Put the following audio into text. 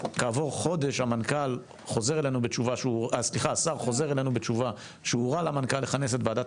כעבור חודש השר חוזר אלינו בתשובה שהוא הורה למנכ"ל לכנס את ועדת